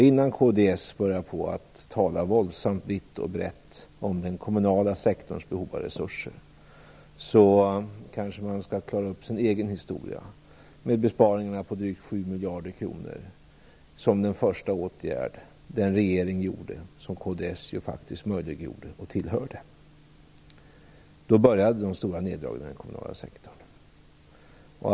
Innan kds börjar tala våldsamt vitt och brett om den kommunala sektorns behov av resurser skall man kanske klara upp sin egen historia. Besparingar på drygt 7 miljarder kronor var den första åtgärd den regering gjorde som kds faktiskt möjliggjorde och tillhörde. Då började de stora neddragningarna i den kommunala sektorn.